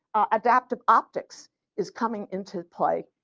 adaptive optics is coming into play.